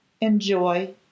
Enjoy